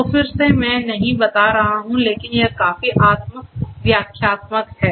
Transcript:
तो फिर से मैं नहीं बता रहा हूँ लेकिन यह काफी आत्म व्याख्यात्मक है